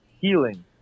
healing